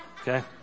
Okay